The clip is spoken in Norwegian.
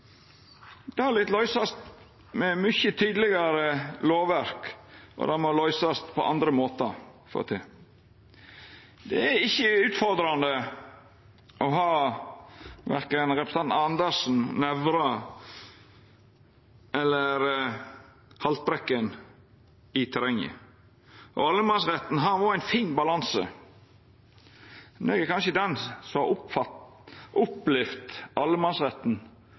Det lyt løysast med mykje tydelegare lovverk, og det må løysast på andre måtar. Det er ikkje utfordrande å ha verken representantene Andersen, Nævra eller Haltbrekken i terrenget. Allemannsretten har vore ein fin balanse. Men eg er kanskje den her i denne salen som mest har opplevd allemannsretten